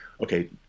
okay